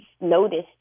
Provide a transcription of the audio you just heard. noticed